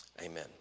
Amen